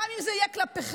גם אם זה יהיה כלפיכם,